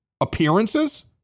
appearances